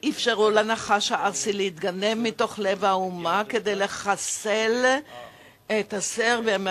אפשרו לנחש הארסי להתגנב מתוך לב האומה כדי לחסל את הסרבים,